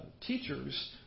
teachers